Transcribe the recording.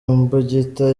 imbugita